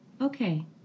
Okay